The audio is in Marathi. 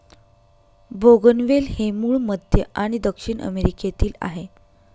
बोगनवेल हे मूळ मध्य आणि दक्षिण अमेरिकेतील आहे